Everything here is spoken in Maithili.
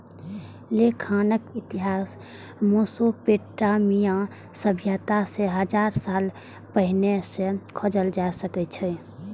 लेखांकनक इतिहास मोसोपोटामिया सभ्यता सं हजार साल पहिने सं खोजल जा सकै छै